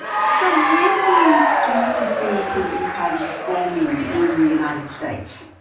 so when do you start to see political parties forming in the united states?